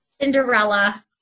Cinderella